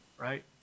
right